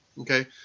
Okay